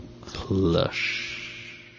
plush